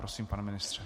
Prosím, pane ministře.